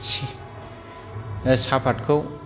सिनि साहापातखौ